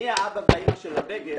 מי האבא והאימא של הבגד?